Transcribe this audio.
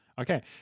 Okay